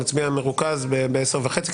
נצביע במרוכז ב-10:30.